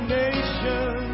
nation